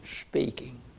speaking